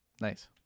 Nice